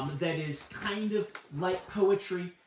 that is kind of like poetry,